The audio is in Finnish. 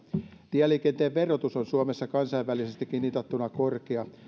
tieliikenteen verotus on suomessa kansainvälisestikin mitattuna korkea